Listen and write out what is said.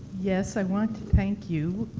yes. i want to thank you